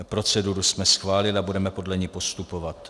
Proceduru jsme schválili, budeme podle ní postupovat.